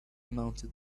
mounted